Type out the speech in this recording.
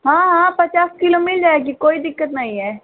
हाँ हाँ पचास किलो मिल जाएगी कोई दिक्कत नहीं है